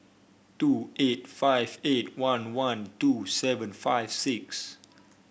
two eight five eight one one two seven five six